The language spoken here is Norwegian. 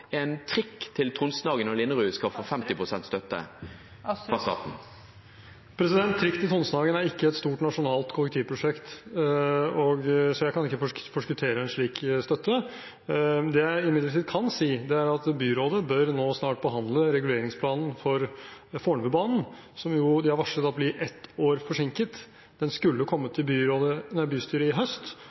en trikk til Tonsenhagen og Linderud skal få 50 pst. støtte fra staten? Trikk til Tonsenhagen er ikke et stort nasjonalt kollektivprosjekt, så jeg kan ikke forskuttere en slik støtte. Det jeg imidlertid kan si, er at byrådet nå snart bør behandle reguleringsplanen for Fornebubanen, som de har varslet blir ett år forsinket. Den skulle kommet til bystyret i høst,